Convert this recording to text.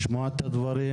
לשמוע את הדברים,